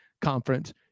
conference